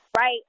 right